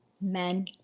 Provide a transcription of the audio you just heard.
men